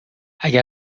اگر